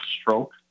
stroke